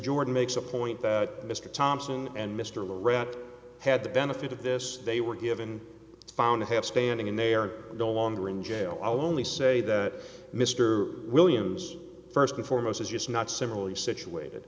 jordan makes a point that mr thompson and mr rudd had the benefit of this they were given found to have standing and they are no longer in jail i won't say that mr williams first and foremost is just not similarly situated